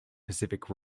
pacific